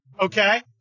Okay